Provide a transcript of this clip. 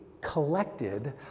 collected